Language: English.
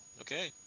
Okay